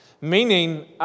Meaning